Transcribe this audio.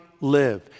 live